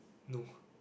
no